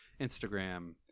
instagram